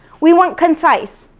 we want concise,